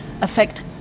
affect